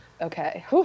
Okay